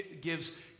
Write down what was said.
gives